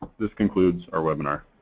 this concludes our webinar.